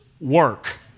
work